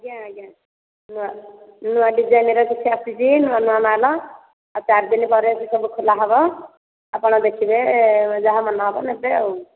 ଆଜ୍ଞା ଆଜ୍ଞା ନୂଆ ନୂଆ ଡିଜାଇନ ର କିଛି ଆସିଛି ନୂଆ ନୂଆ ମାଲ ଆଉ ଚାରିଦିନ ପରେ ସେ ସବୁ ଖୋଲା ହେବ ଆପଣ ଦେଖିବେ ଯାହା ମନ ହେବ ନେବେ ଆଉ